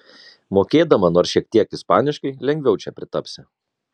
mokėdama nors šiek tiek ispaniškai lengviau čia pritapsi